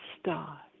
star